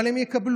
אבל הם יקבלו.